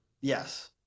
Yes